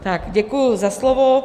Tak děkuji za slovo.